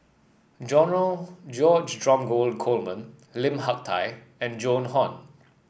George Dromgold Coleman Lim Hak Tai and Joan Hon